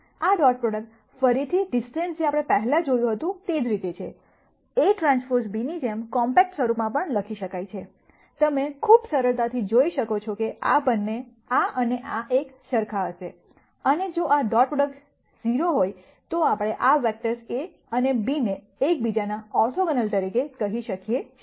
આ dot product ફરીથી distance જે આપણે પહેલા જોયું હતું તે જ રીતે છે Aᵀ B ની જેમ કોમ્પેક્ટ સ્વરૂપમાં પણ લખી શકાય છે તમે ખૂબ સરળતાથી જોઈ શકો છો કે આ અને આ એક સરખા હશે અને જો આ ડોટ પ્રોડક્ટ 0 હોય તો આપણે આ વેક્ટર્સ A અને B ને એકબીજાના ઓર્થોગોનલ તરીકે કહી શકયે છે